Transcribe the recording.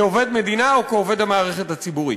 כעובד המדינה או כעובד במערכת הציבורית.